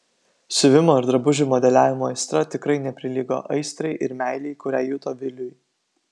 siuvimo ir drabužių modeliavimo aistra tikrai neprilygo aistrai ir meilei kurią juto viliui